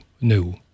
no